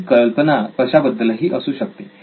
ती कल्पना कशाबद्दलही असू शकते